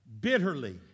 bitterly